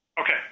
Okay